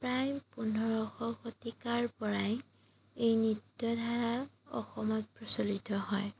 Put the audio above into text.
প্ৰায় পোন্ধৰশ শতিকাৰ পৰাই এই নৃত্য ধাৰা অসমত প্ৰচলিত হয়